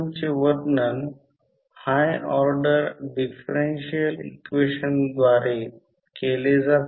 आता उदाहरण 5 आहे हा प्रॉब्लेम मी एका पुस्तकातून घेतला आहे